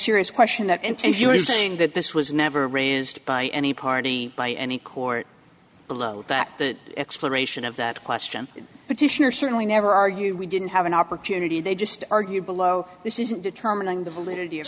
serious question that and you're saying that this was never raised by any party by any court below that the exploration of that question petitioner certainly never argued we didn't have an opportunity they just argue below this isn't determining the validity of